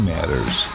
Matters